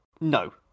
no